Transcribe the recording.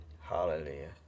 Hallelujah